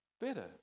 better